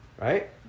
right